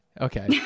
Okay